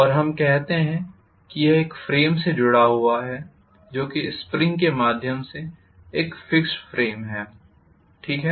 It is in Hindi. और हम कहते हैं कि यह एक फ्रेम से जुड़ा हुआ है जो कि स्प्रिंग के माध्यम से एक फिक्स्ड फ्रेम है ठीक है